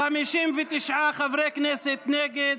59 חברי כנסת נגד.